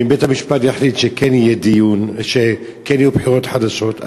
ואם בית-המשפט יחליט שכן יהיו בחירות חדשות,